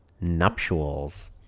nuptials